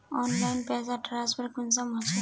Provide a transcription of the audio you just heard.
Online पैसा transfer कुंसम होचे?